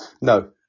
No